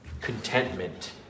contentment